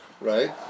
right